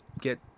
get